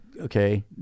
okay